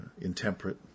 intemperate